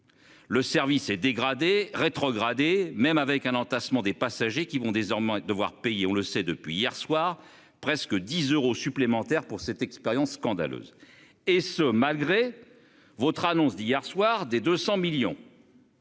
Le service s'est dégradée rétrogradé même avec un entassement des passagers qui vont désormais devoir payer. On le sait depuis hier soir, presque 10 euros supplémentaires pour cette expérience scandaleuse et ce malgré votre annonce d'hier soir, des 200 millions.--